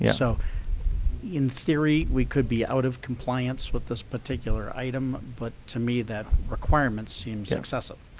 yeah so in theory, we could be out of compliance with this particular item. but to me, that requirement seems excessive.